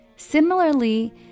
Similarly